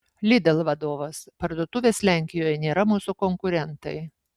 lidl vadovas parduotuvės lenkijoje nėra mūsų konkurentai